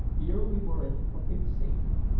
here we were in perfect safety,